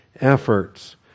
efforts